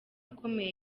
akomeye